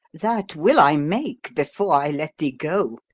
that will i make before i let thee go.